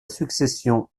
succession